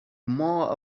more